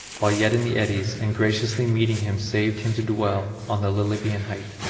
while yet in the eddies, and graciously meeting him saved him to dwell on the lilybean height.